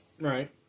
Right